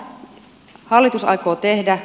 mitä hallitus aikoo tehdä